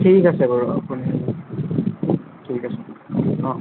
ঠিক আছে বাৰু আপুনি ঠিক আছে অঁ